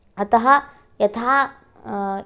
अत यथा